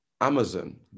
amazon